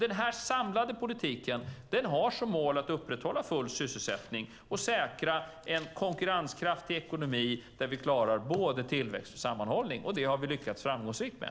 Den här samlade politiken har som mål att upprätthålla full sysselsättning och säkra en konkurrenskraftig ekonomi där vi klarar både tillväxt och sammanhållning. Det har vi lyckats framgångsrikt med.